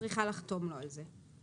צריכה לחתום לו על זה.